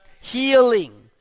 Healing